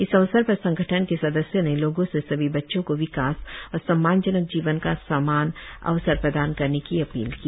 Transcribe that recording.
इस अवसर पर संगठन के सदस्यों ने लोगों से सभी बच्चों को विकास और सम्मानजनक जीवन का समान अवसर प्रदान करने की अपील की